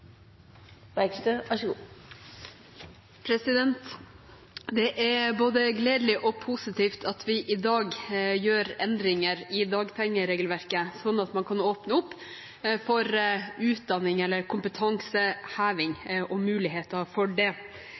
Det er både gledelig og positivt at vi i dag gjør endringer i dagpengeregelverket, slik at man kan åpne opp for utdanning eller kompetanseheving og muligheter for det.